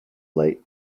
late